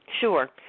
Sure